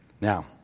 Now